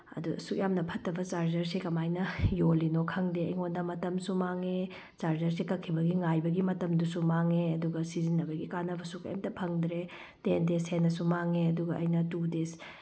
ꯑꯗꯨ ꯑꯁꯨꯛ ꯌꯥꯝꯅ ꯐꯠꯇ ꯆꯥꯔꯖꯔꯁꯤ ꯀꯃꯥꯏꯅ ꯌꯣꯟꯂꯤꯅꯣ ꯈꯪꯗꯦ ꯑꯩꯉꯣꯟꯗ ꯃꯇꯝꯁꯨ ꯃꯥꯡꯉꯦ ꯆꯥꯔꯖꯔꯁꯦ ꯀꯛꯈꯤꯕꯒꯤ ꯉꯥꯏꯕꯒꯤ ꯃꯇꯝꯗꯨꯁꯨ ꯃꯥꯡꯉꯦ ꯑꯗꯨꯒ ꯁꯤꯖꯤꯟꯅꯕꯒꯤ ꯀꯥꯟꯅꯕꯁꯨ ꯀꯩꯝꯇ ꯐꯪꯗ꯭ꯔꯦ ꯇꯦꯟ ꯗꯦꯖ ꯍꯦꯟꯅꯁꯨ ꯃꯥꯡꯉꯦ ꯑꯗꯨꯒ ꯑꯩꯅ ꯇꯨ ꯗꯦꯖ